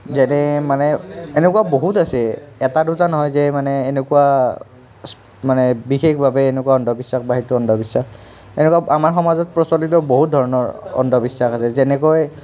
যেনে মানে এনেকুৱা বহুত আছে এটা দুটা নহয় যে মানে এনেকুৱা মানে বিশেষভাৱে এনেকুৱা অন্ধবিশ্বাস বা সেইটো অন্ধবিশ্বাস এনেকুৱা আমাৰ সমাজত প্ৰচলিত বহুত ধৰণৰ অন্ধবিশ্বাস আছে যেনেকৈ